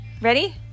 Ready